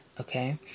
Okay